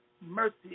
mercy